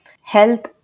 Health